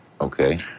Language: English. okay